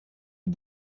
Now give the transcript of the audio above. des